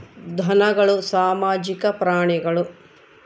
ಧನಗಳು ಸಾಮಾಜಿಕ ಪ್ರಾಣಿಗಳು